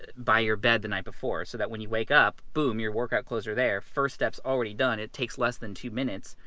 by your bed the night before. so that when you wake up, boom, your workout clothes are their, first steps already done it takes less than two minutes.